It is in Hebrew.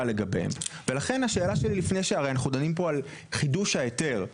לגביהם ולכן השאלה שלי לפני שהרי אנחנו דנים פה על חידוש ההיתר,